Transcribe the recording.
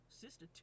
Sister